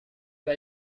vas